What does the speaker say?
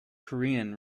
korean